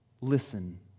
Listen